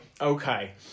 Okay